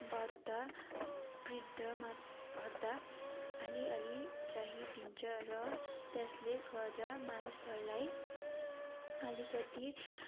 वार्ता वृद्धमा भत्ता आलि आलि चाँहि दिन्छ र त्यस्ले गर्दा मानिसहरूलाई आलिकति